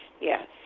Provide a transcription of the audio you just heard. yes